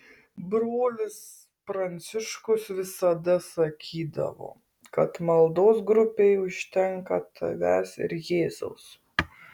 brolis pranciškus visada sakydavo kad maldos grupei užtenka tavęs ir jėzaus